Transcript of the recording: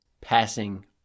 passing